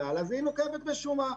אז היא נוקבת בשומה,